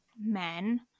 men